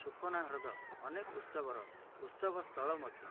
ସୁଖନା ହ୍ରଦ ଅନେକ ଉତ୍ସବର ଉତ୍ସବ ସ୍ଥଳ ମଧ୍ୟ